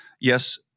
Yes